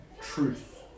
Truth